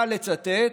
קל לצטט,